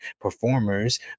performers